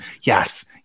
Yes